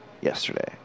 yesterday